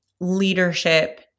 leadership